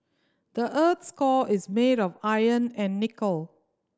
the earth's core is made of iron and nickel